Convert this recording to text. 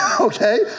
okay